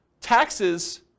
taxes